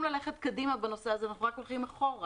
ללכת קדימה בנושא הזה אנחנו רק הולכים אחורה.